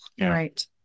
Right